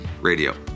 radio